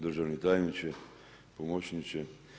Državni tajniče, pomočniče.